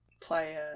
Playa